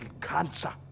cancer